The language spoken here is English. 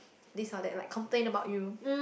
this or that like complain about you